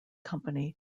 company